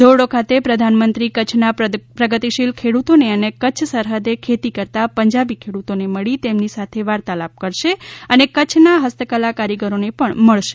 ધોરડો ખાતે પ્રધાનમંત્રી કચ્છના પ્રગતિશીલ ખેડૂતોને અને કચ્છ સરહદે ખેતી કરતા પંજાબી ખેડૂતોને મળી તેમને સાથે વાર્તાલાપ કરશે અને કચ્છના હસ્તકલા કારીગરોને પણ મળશે